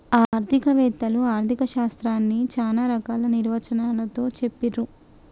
ఆర్థిక వేత్తలు ఆర్ధిక శాస్త్రాన్ని చానా రకాల నిర్వచనాలతో చెప్పిర్రు